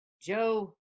Joe